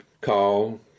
call